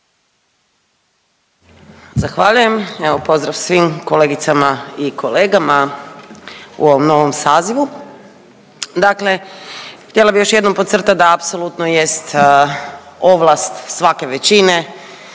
Zahvaljujem. Evo pozdrav svim kolegicama i kolegama u ovom novom sazivu. Dakle, htjela bih još jednom podcrtat da apsolutno jest ovlast svake većine